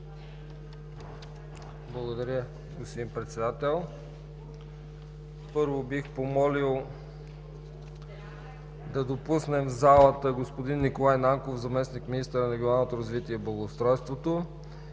Благодаря, господин Председател. Да допуснем в залата господин Николай Нанков – заместник-министър на регионалното развитие и благоустройството,